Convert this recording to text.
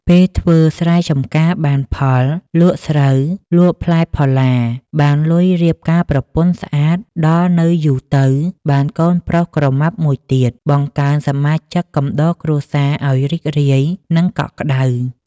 ពេលធ្វើស្រែចំការបានផល លក់ស្រូវ លក់ផ្លែផល្លា បានលុយរៀបការប្រពន្ធស្អាត ដល់នៅយូរទៅ បានកូនប្រុសក្រមាប់មួយទៀត បង្កើនសមាជិកកំដរគ្រួសារឱ្យរីករាយ និងកក់ក្តៅ។